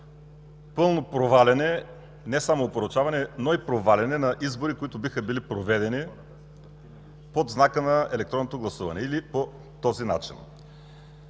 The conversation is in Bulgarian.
пълно проваляне, не само опорочаване, но и проваляне на избори, които биха били проведени под знака на електронното гласуване или по този начин.